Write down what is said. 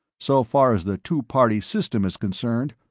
so far as the two-party system is concerned,